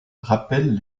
rappelle